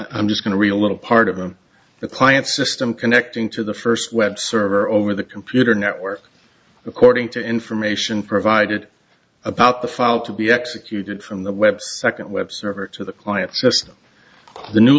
i'm just going to read a little part of the client system connecting to the first web server over the computer network according to information provided about the file to be executed from the web second web server to the client system the new